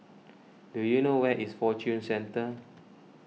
do you know where is Fortune Centre